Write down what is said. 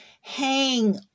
hang